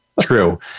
True